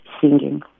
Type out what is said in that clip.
singing